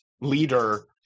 leader